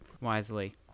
wisely